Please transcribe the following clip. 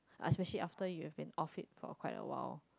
especially after you have been off it for quite a while